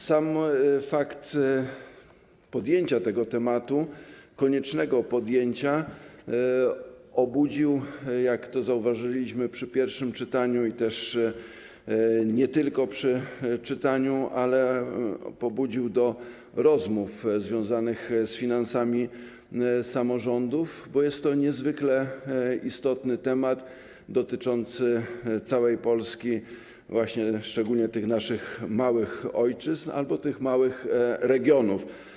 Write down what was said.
Sam fakt podjęcia tego tematu, koniecznego podjęcia, jak to zauważyliśmy przy pierwszym czytaniu i nie tylko przy czytaniu, pobudził do rozmów związanych z finansami samorządów, bo jest to niezwykle istotny temat dotyczący całej Polski, właśnie szczególnie tych naszych małych ojczyzn albo tych małych regionów.